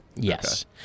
Yes